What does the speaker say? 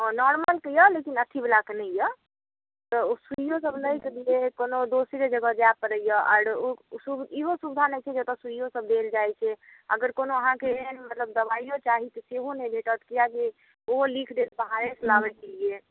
हँ नोरमलके यऽ लेकिन अथि बलाके नहि यऽ तऽ ओ सुइयो सब लैके लिए कोनो दोसरे जगह जाए पड़ैया आओर ईहो सुविधा नहि छै जे एतऽ सुइयो सब देल जाइत छै अगर कोनो अहाँके एहन मतलब दबाइयो चाही तऽ सेहो नहि भेटत किएकि ओहो लिख देत बाहरेसँ लाबैके लिए